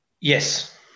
Yes